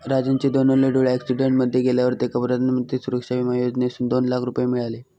राजनचे दोनवले डोळे अॅक्सिडेंट मध्ये गेल्यावर तेका प्रधानमंत्री सुरक्षा बिमा योजनेसून दोन लाख रुपये मिळाले